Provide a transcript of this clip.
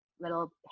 little